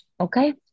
okay